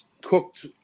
cooked